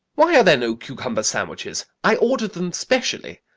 why are there no cucumber sandwiches? i ordered them specially.